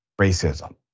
racism